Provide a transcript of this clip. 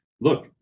look